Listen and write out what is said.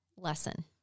Lesson